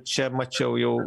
čia mačiau jau